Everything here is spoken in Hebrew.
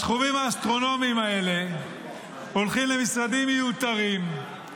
הסכומים האסטרונומיים האלה הולכים למשרדים מיותרים,